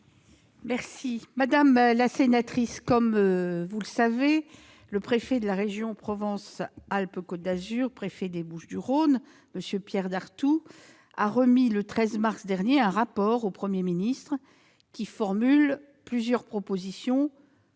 Madame la sénatrice, comme vous le savez, le préfet de la région Provence-Alpes-Côte d'Azur, préfet des Bouches-du-Rhône, M. Pierre Dartout, a remis le 13 mars dernier un rapport au Premier ministre qui formule plusieurs propositions